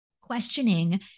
questioning